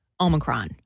Omicron